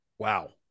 Wow